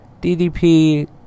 DDP